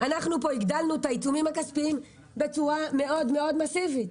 הגדלנו פה את העיצומים הכספיים בצורה מאוד מאוד מסיבית.